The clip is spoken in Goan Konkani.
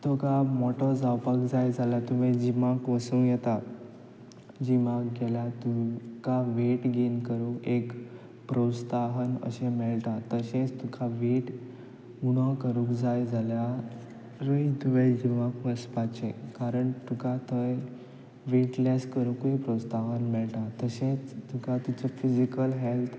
तुका मोटो जावपाक जाय जाल्यार तुमी जिमाक वसूं येता जिमाक गेल्या तुका वेट गेन करूंक एक प्रोत्साहन अशें मेळटा तशेंच तुका वेट उणो करूंक जाय जाल्यारूय तुवें जिमाक वसपाचें कारण तुका थंय वेट लॅस करुंकूय प्रोत्साहन मेळटा तशेंच तुका तुजें फिजिकल हॅल्त